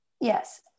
yes